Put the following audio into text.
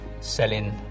selling